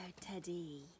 Teddy